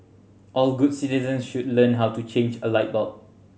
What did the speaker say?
all good citizens should learn how to change a light bulb